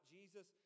Jesus